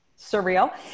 surreal